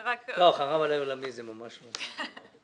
"חרב עליי עולמי" ממש לא מתאים.